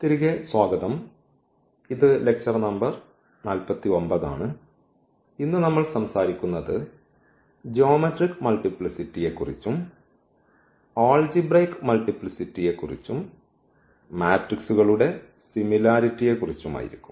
തിരികെ സ്വാഗതം ഇത് ലെക്ച്ചർ നമ്പർ 49 ആണ് ഇന്ന് നമ്മൾ സംസാരിക്കുന്നത് ജ്യോമെട്രിക് മൾട്ടിപ്ലിസിറ്റി യെക്കുറിച്ചും ആൾജിബ്രയ്ക് മൾട്ടിപ്ലിസിറ്റി യെക്കുറിച്ചും മാട്രിക്സുകളുടെ സിമിലാരിറ്റി യെക്കുറിച്ചും ആയിരിക്കും